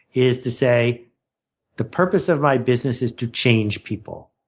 is to say the purpose of my business is to change people.